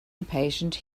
impatient